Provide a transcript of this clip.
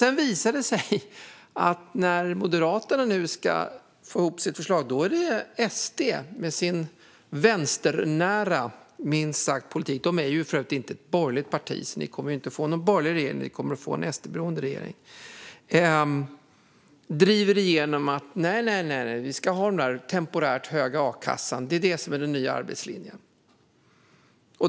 Sedan visar det sig att när Moderaterna nu ska få ihop sitt förslag är det tillsammans med SD med sin minst sagt vänsternära politik. De är ju för övrigt inte ett borgerligt parti, så ni kommer inte att få någon borgerlig regering. Ni kommer att få en SD-beroende regering. SD driver igenom den temporärt höga a-kassan, att det är det som är den nya arbetslinjen.